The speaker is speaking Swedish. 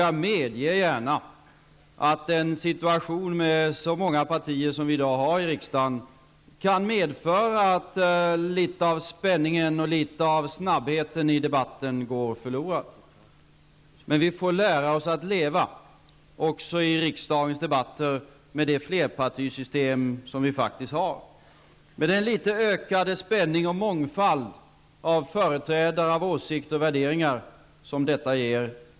Jag medger gärna att en situation med så många partier som vi har i dag i riksdagen kan medföra att litet av spänningen och snabbheten i debatten går förlorad. Men vi får lära oss att leva -- också i riksdagens debatter -- med det flerpartisystem som vi faktiskt har och med den litet ökade spänning och mångfald av företrädare av olika åsikter och värderingar som detta ger.